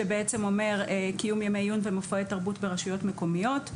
שבעצם אומר "קיום ימי עיון ומופעי תרבות ברשויות מקומיות",